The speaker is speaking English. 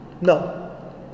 No